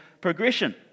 progression